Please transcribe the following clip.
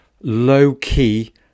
low-key